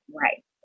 right